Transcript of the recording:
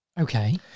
Okay